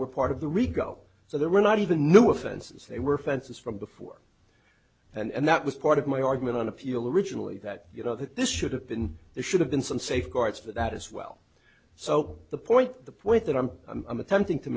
were part of the rico so there were not even new offenses they were offenses from before and that was part of my argument on appeal originally that you know that this should have been should have been some safeguards for that as well so the point the point that i'm i'm attempting to